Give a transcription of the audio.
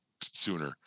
sooner